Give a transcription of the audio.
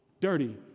Dirty